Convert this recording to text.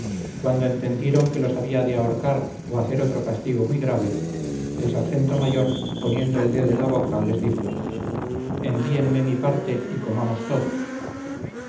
cuando entendieron que los había de ahorcar o hacer otro castigo muy grave el sargento mayor poniendo el dedo en la boca les dijo envíenme mi parte y comamos todos